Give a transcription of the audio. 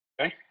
Okay